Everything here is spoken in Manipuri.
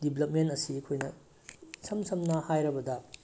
ꯗꯤꯕ꯭ꯂꯞꯃꯦꯟ ꯑꯁꯤ ꯑꯩꯈꯣꯏꯅ ꯏꯁꯝ ꯁꯝꯅ ꯍꯥꯏꯔꯕꯗ